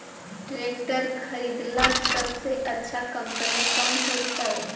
Tractor खरीदेला सबसे अच्छा कंपनी कौन होतई?